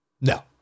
No